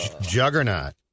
Juggernaut